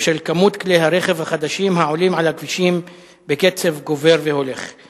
ושל מספר כלי הרכב החדשים העולים על הכבישים בקצב הולך וגובר.